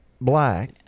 black